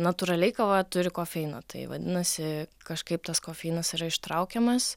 natūraliai kava turi kofeino tai vadinasi kažkaip tas kofeinas yra ištraukiamas